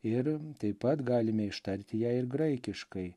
ir taip pat galime ištarti ją ir graikiškai